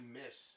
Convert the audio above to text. miss